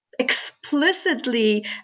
Explicitly